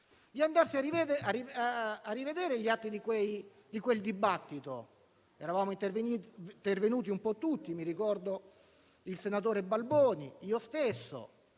ad andarsi a rivedere gli atti di quel dibattito. Eravamo intervenuti quasi tutti (ricordo il senatore Balboni e io stesso);